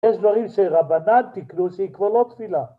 יש דברים שרבנן תיקנו, שהיא כבר לא תפילה.